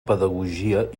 pedagogia